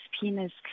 penis